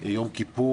מלחמת יום כיפור,